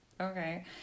Okay